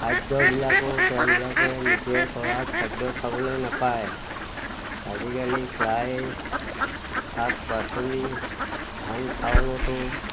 খাদ্যবিলাকো তেওঁবিলাকে নিজে কৰা খাদ্য খাবলৈ নাপায় আজিকালি প্ৰায় শাক পাচলি ধান চাউলতো